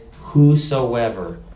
whosoever